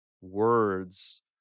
words